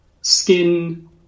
skin